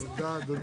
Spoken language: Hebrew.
תודה, אדוני